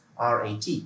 RAT